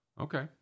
Okay